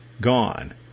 gone